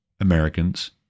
Americans